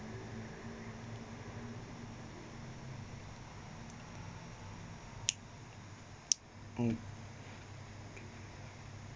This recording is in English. um